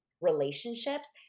relationships